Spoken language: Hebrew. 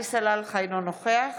אינו נוכח